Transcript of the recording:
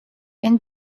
and